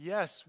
Yes